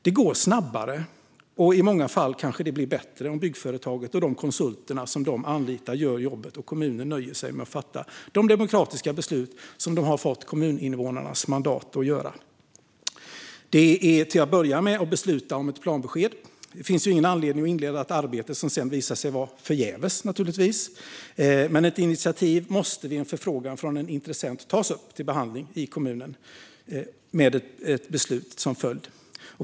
Det går snabbare - i många fall kanske det också blir bättre - om byggföretaget och de konsulter de anlitar gör jobbet och kommunen nöjer sig med att fatta de demokratiska beslut som de har fått kommuninvånarnas mandat att fatta - till att börja med att besluta om ett planbesked. Det finns naturligtvis ingen anledning att inleda ett arbete som sedan visar sig vara förgäves. Men ett initiativ måste vid en förfrågan från en intressent tas upp till behandling i kommunen med ett beslut som följd.